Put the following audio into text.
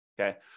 okay